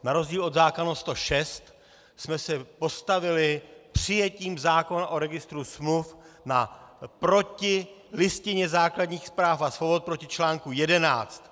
Na rozdíl od zákona 106 jsme se postavili přijetím zákona o registru smluv proti Listině základních práv a svobod, proti článku 11.